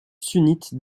sunnite